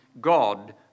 God